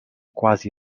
quasi